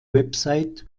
website